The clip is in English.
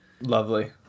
lovely